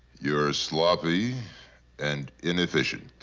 you're sloppy and inefficient.